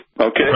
Okay